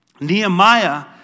Nehemiah